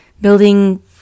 building